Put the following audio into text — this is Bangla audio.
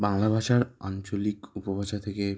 বাংলা ভাষার আঞ্চলিক উপভাষা থেকে